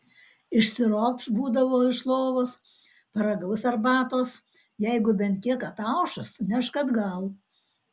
išsiropš būdavo iš lovos paragaus arbatos jeigu bent kiek ataušus nešk atgal